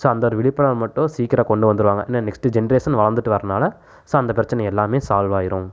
so அந்த ஒரு விழிப்புணர்வு மட்டும் சீக்கிரம் கொண்டு வந்துருவாங்க இன்னும் நெக்ஸ்ட்டு ஜென்ரேஷன் வளர்ந்துட்டு வரனால ஸோ அந்த பிரச்சனை எல்லாமே சால்வ் ஆய்ரும்